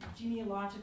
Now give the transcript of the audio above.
genealogical